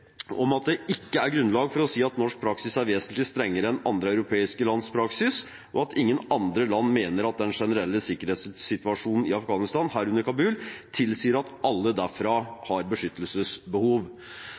om at det ikke er grunnlag for å si at norsk praksis er vesentlig strengere enn andre europeiske lands praksis, og at ingen andre land mener at den generelle sikkerhetssituasjonen i Afghanistan, herunder Kabul, tilsier at alle